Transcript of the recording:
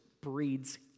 breeds